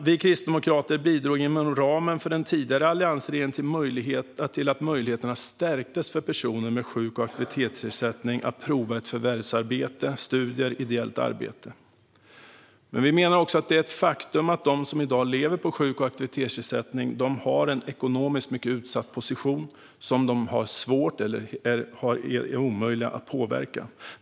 Vi kristdemokrater bidrog inom ramen för den tidigare alliansregeringen till att möjligheterna stärktes för personer med sjuk och aktivitetsersättning att prova ett förvärvsarbete, studier eller ett ideellt arbete. Det är dock ett faktum att de som i dag lever på sjuk och aktivitetsersättning har en ekonomiskt mycket utsatt position som är svår eller omöjlig att påverka.